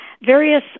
various